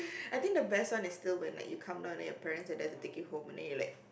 I think the best one is still when like you come down and then your parents are there to take you home and then you like